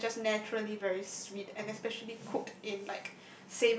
crabs are just naturally very sweet and especially cooked in like